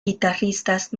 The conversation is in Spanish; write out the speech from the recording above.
guitarristas